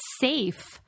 safe